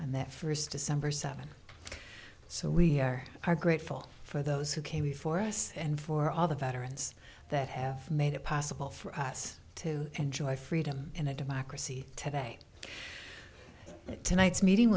and that first december seventh so we are are grateful for those who came before us and for all the veterans that have made it possible for us to enjoy freedom in a democracy today tonight's meeting